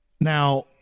Now